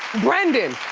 brendan,